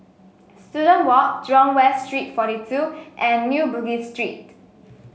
Student Walk Jurong West Street forty two and New Bugis Street